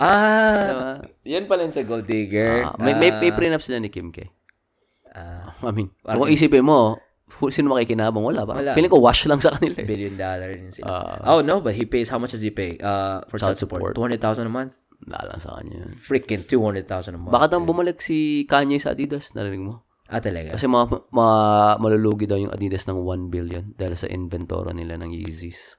Ah, Diba? yun pala yun sa Gold Digger. Ah, may- may- may Ah. prenups na ni Kim K. Ah. I mean, kung Parang- isipin mo, who- sino makikinabang? Wala ba? Wala. Feeling ko wash lang sa kanila eh. Billion dollar yun sila. Ah. Oh, no, but he pays- how much does he pay, uh, for Child child support? support. Two hundred thousand a month? Wala lang sa kanya yun. Freaking two hundred thousand a month, Baka daw dude. bumalik si Kanye sa Adidas, narinig mo? Ah, talaga? Kasi mga- mga malulugi daw yung Adidas ng 1 billion dahil sa inventory nila ng Yeezys.